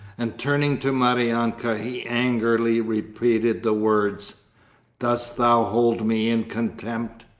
and turning to maryanka he angrily repeated the words dost thou hold me in contempt?